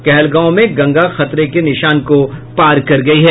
कहलगांव में गंगा खतरे के निशान को पार कर गई है